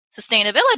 sustainability